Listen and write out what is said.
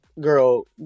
girl